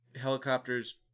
helicopters